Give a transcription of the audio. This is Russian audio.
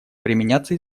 применяться